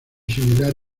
similar